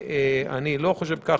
אני לא חושב כך,